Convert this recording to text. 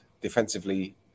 defensively